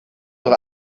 doch